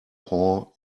paw